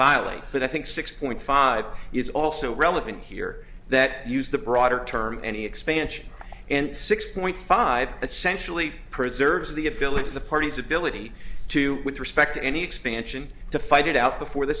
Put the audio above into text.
violate but i think six point five is also relevant here that use the broader term any expansion and six point five essentially preserves the ability of the parties ability to with respect to any expansion to fight it out before the